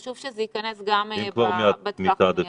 חשוב שזה ייכנס כבר בטווח המידי.